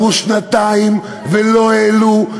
וכבר עברו שנתיים ולא העלו,